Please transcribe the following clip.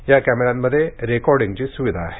या कॅमेऱ्यांमध्ये रेकॉर्डिंगची सुविधा आहे